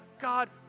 God